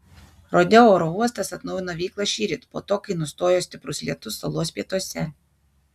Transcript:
rodeo oro uostas atnaujino veiklą šįryt po to kai nustojo stiprus lietus salos pietuose